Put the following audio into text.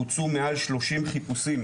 בוצעו מעל 30 חיפושים,